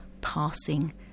passing